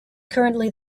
currently